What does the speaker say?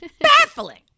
Baffling